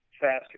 faster